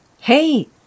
Hey